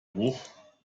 hoch